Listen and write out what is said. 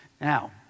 Now